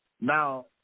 Now